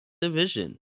Division